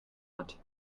hat